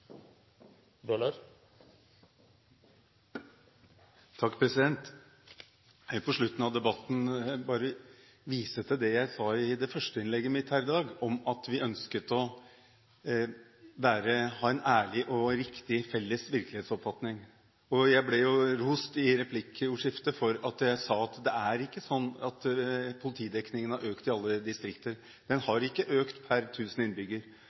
på slutten av debatten: Jeg vil bare vise til det jeg sa i mitt første innlegg her i dag, at vi ønsker å være ærlige og å ha en riktig, felles virkelighetsoppfatning. Jeg fikk i replikkordskiftet ros for at jeg sa at det ikke er sånn at politidekningen – altså politifolk i uniform – har økt i alle distrikter, den har ikke økt per